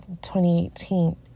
2018